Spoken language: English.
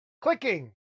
Clicking